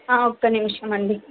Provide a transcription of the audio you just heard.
ఒక్క నిమిషమండి